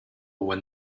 when